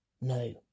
No